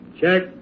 Check